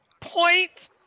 point